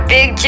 Big